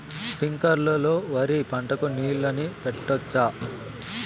స్ప్రింక్లర్లు లో వరి పంటకు నీళ్ళని పెట్టొచ్చా?